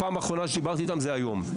הפעם האחרונה שדיברתי איתם זה היום.